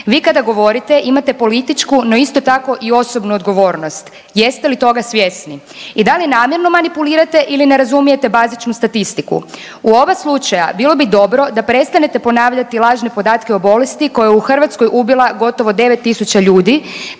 Vi kada govorite imate političku no isto tako i osobnu odgovornost. Jeste li toga svjesni? I da li namjerno manipulirate ili ne razumijete bazičnu statistiku? U oba slučaja bilo bi dobro da prestanete ponavljati lažne podatke o bolesti koja je u Hrvatskoj ubila gotovo 9000 ljudi,